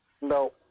No